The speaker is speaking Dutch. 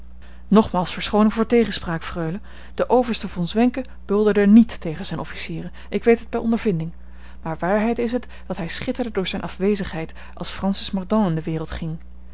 nogmaals verschooning voor tegenspraak freule de overste von zwenken bulderde niet tegen zijne officieren ik weet het bij ondervinding maar waarheid is het dat hij schitterde door zijne afwezigheid als francis mordaunt in de wereld ging